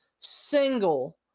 single